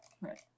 Right